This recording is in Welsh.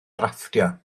drafftio